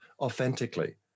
authentically